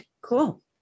cool